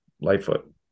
Lightfoot